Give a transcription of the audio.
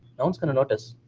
no one's going to notice.